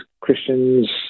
Christians